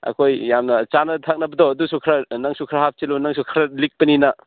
ꯑꯩꯈꯣꯏ ꯌꯥꯝꯅ ꯆꯥꯅ ꯊꯛꯅꯕꯗꯣ ꯑꯗꯨꯁꯨ ꯈꯔ ꯅꯪꯁꯨ ꯈꯔ ꯍꯥꯞꯆꯤꯜꯂꯨ ꯅꯪꯁꯨ ꯈꯔ ꯂꯤꯛꯄꯅꯤꯅ